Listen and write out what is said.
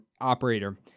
operator